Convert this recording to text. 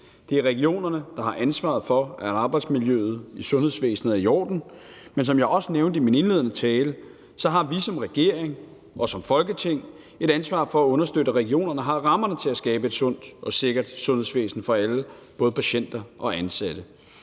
Det er regionerne, der har ansvaret for, at arbejdsmiljøet i sundhedsvæsenet er i orden, men som jeg også nævnte i min indledende tale, har vi som regering og som Folketing et ansvar for at understøtte, at regionerne har rammerne til at skabe et sundt og sikkert sundhedsvæsen for alle, både patienter og ansatte.